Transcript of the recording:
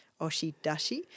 Oshidashi